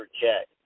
check